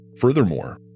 Furthermore